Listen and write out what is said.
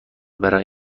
برای